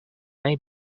may